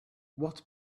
what